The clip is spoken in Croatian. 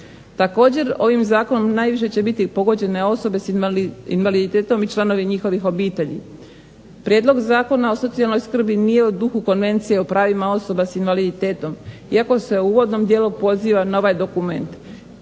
Također ovim zakonom najviše će biti pogođene osobe s invaliditetom i članovi njihovih obitelji. Prijedlog Zakona o socijalnoj skrbi nije u duhu Konvencije o pravima osoba s invaliditetom iako se u uvodnom dijelu poziva na ovaj dokument.